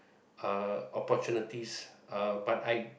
uh opportunities uh but I